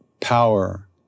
power